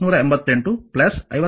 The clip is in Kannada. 703 ಅನ್ನು 38